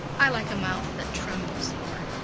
i like a mouth that trembles more.